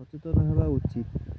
ସଚେତନ ହେବା ଉଚିତ୍